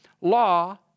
law